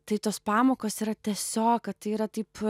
tai tos pamokos yra tiesiog kad tai yra taip